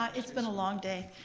it's been a long day.